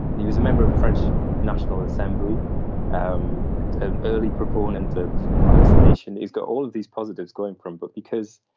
he was a member of the french national assembly um an early proponent of vaccination. he's got all of these positives going for him but because,